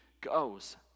goes